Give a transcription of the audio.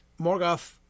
Morgoth